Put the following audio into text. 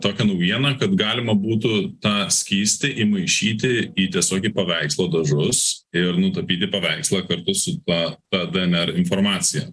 tokią naujieną kad galima būtų tą skystį įmaišyti į tiesiog į paveikslo dažus ir nutapyti paveikslą kartu su ta ta dnr informacija